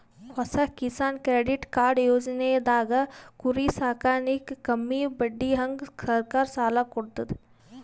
ಹೊಸ Kisan credit card ಯೋಜನೆದಾಗ್ ಕುರಿ ಸಾಕಾಣಿಕೆಗ್ ಕಮ್ಮಿ ಬಡ್ಡಿಹಂಗ್ ಸರ್ಕಾರ್ ಸಾಲ ಕೊಡ್ತದ್